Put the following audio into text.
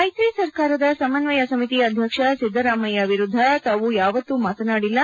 ಮೈತ್ರಿ ಸರ್ಕಾರದ ಸಮನ್ವಯ ಸಮಿತಿ ಅಧ್ಯಕ್ಷ ಸಿದ್ದರಾಮಯ್ಯ ವಿರುದ್ದ ತಾವು ಯಾವತ್ತೂ ಮಾತನಾಡಿಲ್ಲ